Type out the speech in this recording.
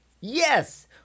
Yes